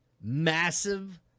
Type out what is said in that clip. massive